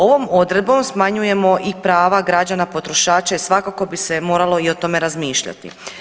Ovom odredbom smanjujemo i prava građana potrošača i svakako bi se moralo i o tome razmišljati.